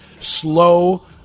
slow